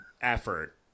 effort